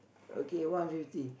okay one fifty